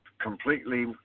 completely